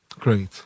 Great